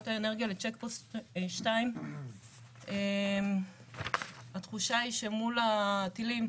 האנרגיה לצ'ק פוסט 2. התחושה היא שמול הטילים,